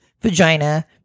vagina